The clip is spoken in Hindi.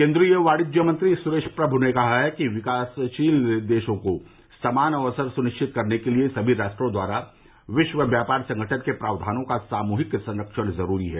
केन्द्रीय वाणिज्य मंत्री सुरेश प्रभू ने कहा है कि विकासशील देशों को समान अवसर सुनिश्चित करने के लिए समी राष्ट्रों द्वारा विश्व व्यापार संगठन के प्राव्धानों का सामूहिक संरक्षण जरूरी है